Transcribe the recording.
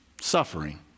suffering